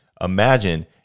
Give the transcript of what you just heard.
Imagine